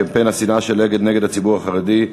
קמפיין השנאה של "אגד" נגד הציבור החרדי,